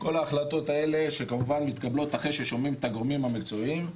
כל ההחלטות האלה שכמובן מתקבלות אחרי ששומעים את הגורמים המקצועיים,